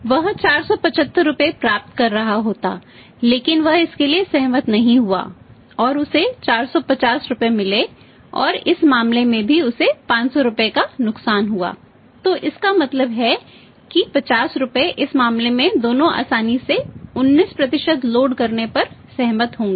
वह 475 रुपये प्राप्त कर रहा होता लेकिन वह इसके लिए सहमत नहीं हुआ और उसे 450 रुपये मिले और इस मामले में भी उसे 500 रुपये का नुकसान हुआ तो इसका मतलब है कि 50 रुपये इस मामले में दोनों आसानी से 19 लोड करने पर सहमत होंगे